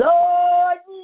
Lord